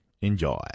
Enjoy